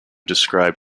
described